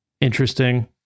interesting